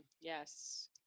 yes